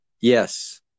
Yes